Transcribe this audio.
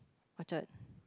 Orchard